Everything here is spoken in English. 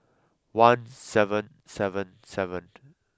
one seven seven seven